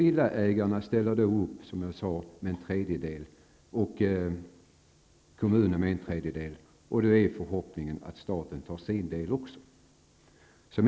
Villaägarna ställer, som jag sade, upp med en tredjedel och kommunen med en tredjedel. Förhoppningen är då att också staten tar sin del.